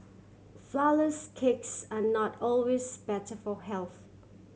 flourless cakes are not always better for health